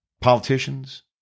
politicians